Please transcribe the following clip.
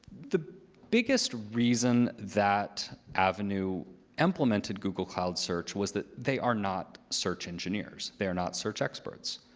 the biggest reason that avenu implemented google cloud search was that they are not search engineers. they're not search experts.